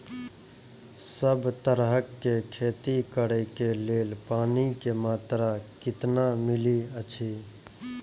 सब तरहक के खेती करे के लेल पानी के मात्रा कितना मिली अछि?